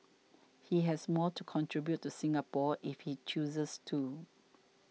he has more to contribute to Singapore if he chooses to